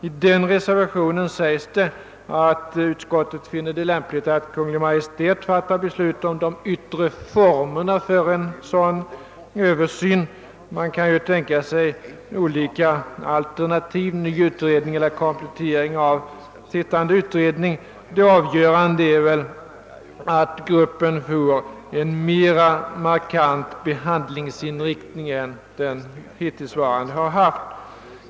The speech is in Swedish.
I den reservationen sägs det: » Utskottet finner det lämpligt att Kungl. Maj:t fattar beslut om de yttre formerna för en sådan översyn.» Man kan ju tänka sig olika alternativ — ny utredning eller komplettering av arbetande utredning; det avgörande är väl att gruppen får en mer markant behandlingsinriktning än den hittillsvarande haft.